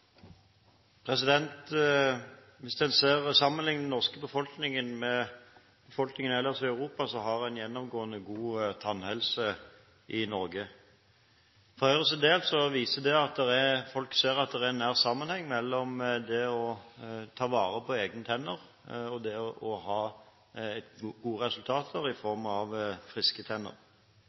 tannhelse i Norge. For Høyres del viser det at folk ser at det er nær sammenheng mellom det å ta vare på egne tenner og det å ha gode resultater i form av friske tenner.